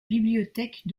bibliothèque